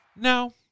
No